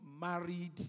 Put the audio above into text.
married